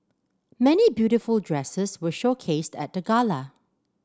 many beautiful dresses were showcased at the gala